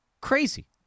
Crazy